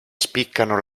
spiccano